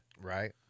Right